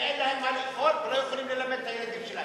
כי אין להם מה לאכול והם לא יכולים ללמד את הילדים שלהם.